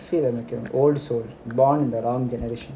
feel like an old soul born in the wrong generation